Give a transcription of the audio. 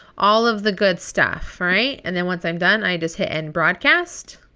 all of the good stuff. right? and then once i'm done, i just hit end broadcast.